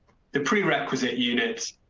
the prerequisite units,